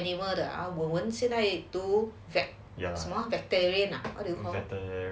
做做 animal 的 ah 他现在读 bacteria now or what